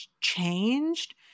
changed